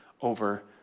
over